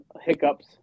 hiccups